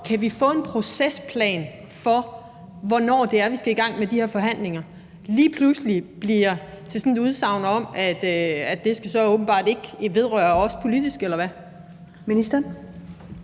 kan få en procesplan for, hvornår det er, vi skal i gang med de her forhandlinger, lige pludselig bliver til sådan et udsagn om, at det så åbenbart ikke skal vedrøre os politisk. Eller hvordan skal